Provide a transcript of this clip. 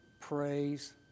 praise